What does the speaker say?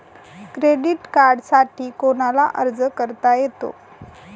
Credit कार्डसाठी कोणाला अर्ज करता येतो?